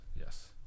yes